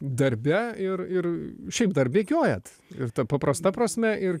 darbe ir ir šiaip dar bėgiojat ir ta paprasta prasme ir